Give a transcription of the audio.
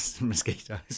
mosquitoes